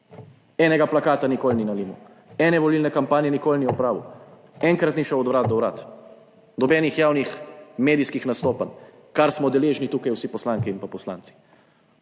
Enega plakata nikoli ni nalimall, ene volilne kampanje nikoli ni opravil, enkrat ni šel od vrat do vrat, nobenih javnih medijskih nastopanj, kar smo deležni tukaj vsi poslanke in poslanci.